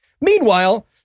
Meanwhile